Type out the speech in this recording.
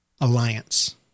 alliance